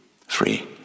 Free